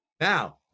Now